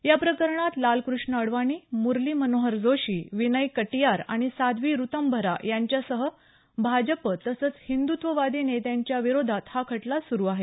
या प्रकरणात लालकृष्ण अडवाणी मुरली मनोहर जोशी विनय कटियार आणि साध्वी ऋतंभरा यांच्यासह भाजप तसंच हिंदुत्ववादी नेत्यांच्या विरोधात हा खटला सुरू आहे